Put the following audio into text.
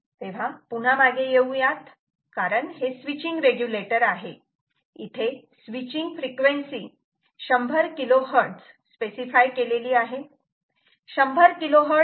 तेव्हा पुन्हा मागे येऊया कारण हे स्विचींग रेग्युलेटर आहे इथे स्विचींग फ्रिक्वेन्सी 100 KHz स्पेसीफाय केलेली आहे 100 KHz ते 2